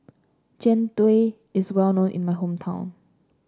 Jian Dui is well known in my hometown